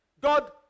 God